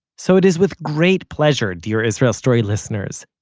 so it is with great pleasure, dear israel story listeners,